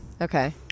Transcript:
Okay